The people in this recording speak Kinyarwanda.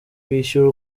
kwishyura